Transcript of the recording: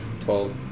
Twelve